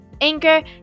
Anchor